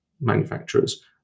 manufacturers